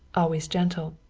always gentle.